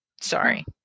Sorry